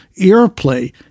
airplay